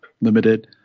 limited